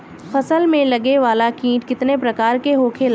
फसल में लगे वाला कीट कितने प्रकार के होखेला?